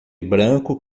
branco